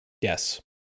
Yes